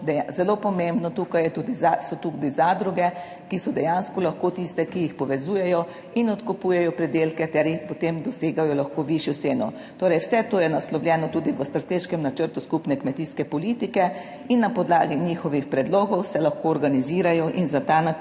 moč. Tukaj tudi so tu zadruge, ki so dejansko lahko tiste, ki jih povezujejo in odkupujejo pridelke ter jih, potem dosegajo lahko višjo ceno. Torej vse to je naslovljeno tudi v strateškem načrtu skupne kmetijske politike in na podlagi njihovih predlogov se lahko organizirajo in v ta namen dobijo